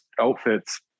outfits